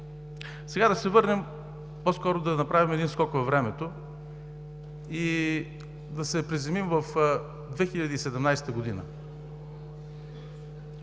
Сега да се върнем, по-скоро да направим скок във времето и да се приземим в 2017 г.